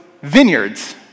vineyards